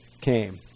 came